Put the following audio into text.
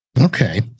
Okay